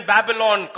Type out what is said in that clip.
Babylon